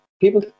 people